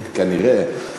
כנראה.